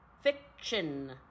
Fiction